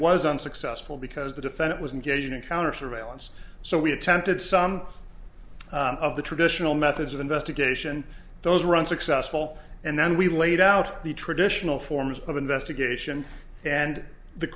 was unsuccessful because the defendant was engaging in counter surveillance so we attempted some of the traditional methods of investigation those were unsuccessful and then we laid out the traditional forms of investigation and the